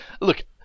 Look